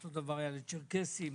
צ'רקסים,